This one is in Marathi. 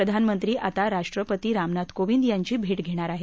प्रधानमंत्री आता राष्ट्रपती रामनाथ कोविंद यांची भेट घेणार आहेत